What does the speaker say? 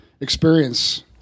experience